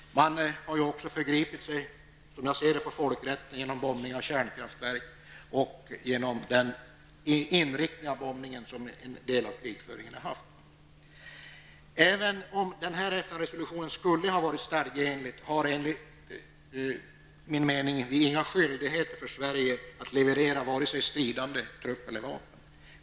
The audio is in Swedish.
Man har också, som jag ser det, förgripit sig på folkrätten genom bombning av kärnkraftverk och genom den inriktning av bombningen som en del av krigföringen har haft. Även om den här FN-resolutionen skulle ha varit stadgeenlig, finns det enligt min mening inga skyldigheter för Sverige att leverera vare sig stridande trupp eller vapen.